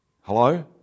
Hello